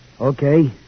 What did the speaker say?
Okay